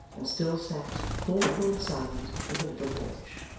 and still sat, thoughtful and silent, in the little porch.